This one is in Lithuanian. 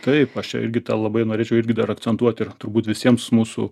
taip aš čia irgi tą labai norėčiau irgi dar akcentuot ir turbūt visiems mūsų